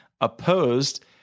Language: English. opposed